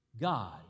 god